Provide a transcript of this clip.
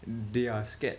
they are scared